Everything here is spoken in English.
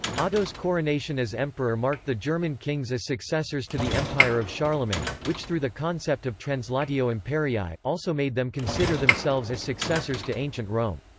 otto's coronation as emperor marked the german kings as successors to the empire of charlemagne, which through the concept of translatio imperii, also made them consider themselves as successors to ancient rome.